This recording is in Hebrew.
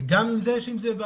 גם עם זה יש בעיה,